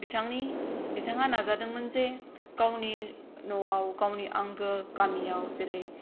बिथाङा नाजादोंमोन जे गावनि न'आव गावनि आंगो गामियाव जेरै